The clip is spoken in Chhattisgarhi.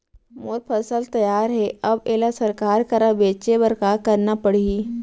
मोर फसल तैयार हे अब येला सरकार करा बेचे बर का करना पड़ही?